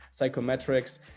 psychometrics